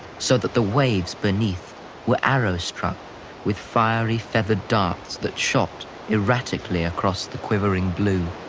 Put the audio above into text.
so that the waves beneath were arrow-struck with fiery, feathered darts that shot erratically across the quivering blue.